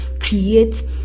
create